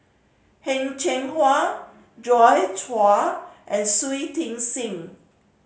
Heng Cheng Hwa Joi Chua and Shui Tit Sing